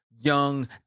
young